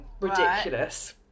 Ridiculous